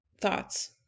thoughts